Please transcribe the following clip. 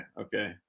okay